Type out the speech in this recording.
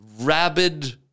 rabid